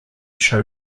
show